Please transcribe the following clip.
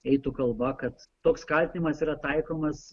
eitų kalba kad toks kaltinimas yra taikomas